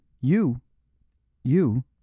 You—you